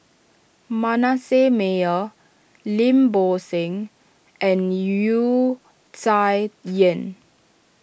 Manasseh Meyer Lim Bo Seng and Wu Tsai Yen